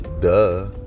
duh